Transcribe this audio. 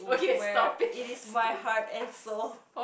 where it is my heart and soul